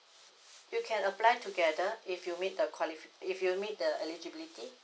you can apply together if you meet the qualifi~ if you meet the eligibility